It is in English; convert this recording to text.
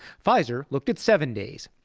pfizer looked at seven days.